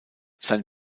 sein